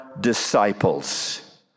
disciples